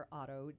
auto